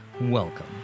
Welcome